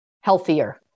healthier